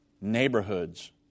neighborhoods